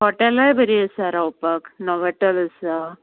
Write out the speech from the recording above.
हॉटेलांय बरीं आसा रावपाक नॉवेटल असा